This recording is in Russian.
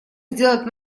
сделать